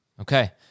Okay